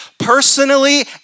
personally